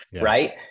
Right